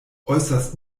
äußerst